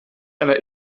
einer